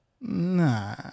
nah